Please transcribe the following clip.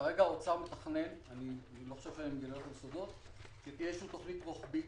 כרגע האוצר מתכנן שתהיה תכנית רוחבית.